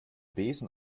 besen